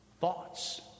thoughts